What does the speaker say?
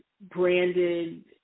branded